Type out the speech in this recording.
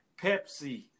Pepsi